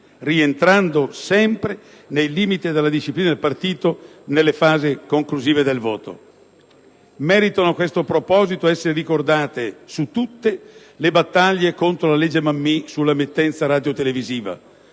rientrando sempre nei limiti della disciplina del partito nelle fasi conclusive del voto. Meritano a questo proposito di essere ricordate, su tutte, le sue battaglie contro la legge Mammì sull'emittenza radiotelevisiva,